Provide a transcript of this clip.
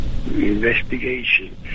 Investigation